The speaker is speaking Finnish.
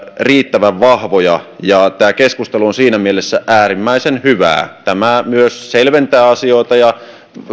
riittävän vahvoja ja tämä keskustelu on siinä mielessä äärimmäisen hyvää tämä myös selventää asioita ja